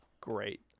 great